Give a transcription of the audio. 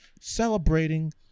Celebrating